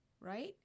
right